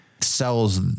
sells